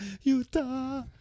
Utah